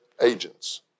agents